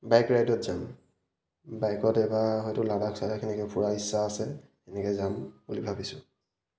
bike ৰাইডত যাম বাইকত এবাৰ হয়টো লাডাখ চাদাখ তেনেকৈ ফুৰা ইচ্ছা আছে এনেকৈ যাম বুলি ভাবিছোঁ